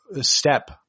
step